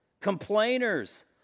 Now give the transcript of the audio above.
complainers